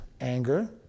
anger